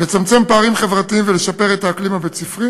לצמצם פערים חברתיים ולשפר את האקלים הבית-ספרי